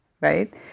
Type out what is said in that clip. right